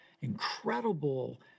incredible